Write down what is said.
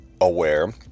aware